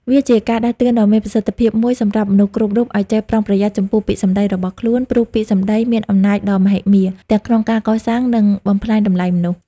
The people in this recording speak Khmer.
វាជាការដាស់តឿនដ៏មានប្រសិទ្ធភាពមួយសម្រាប់មនុស្សគ្រប់រូប ឱ្យចេះប្រុងប្រយ័ត្នចំពោះពាក្យសម្ដីរបស់ខ្លួន ព្រោះពាក្យសម្ដីមានអំណាចដ៏មហិមា ទាំងក្នុងការកសាង និងបំផ្លាញតម្លៃមនុស្ស។